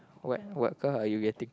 what what car are you getting